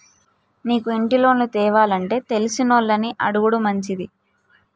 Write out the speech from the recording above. నీకు ఇంటి లోను తేవానంటే తెలిసినోళ్లని అడుగుడు మంచిది